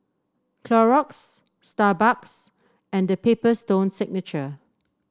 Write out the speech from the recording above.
Clorox Starbucks and The Paper Stone Signature